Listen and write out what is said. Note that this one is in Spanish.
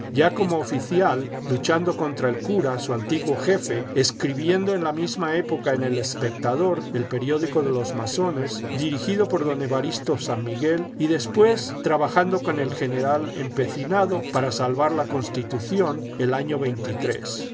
ya como oficial luchando contra el cura su antiguo jefe escribiendo en la misma época en el espectador el periódico de los masones dirigido por don evaristo san miguel y después trabajando con el general empecinado para salvar la constitución el año